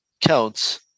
counts